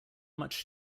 much